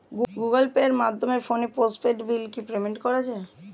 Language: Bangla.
গুগোল পের মাধ্যমে ফোনের পোষ্টপেইড বিল কি পেমেন্ট করা যায়?